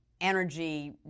energy